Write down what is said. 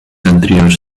anteriores